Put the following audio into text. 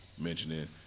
mentioning